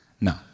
No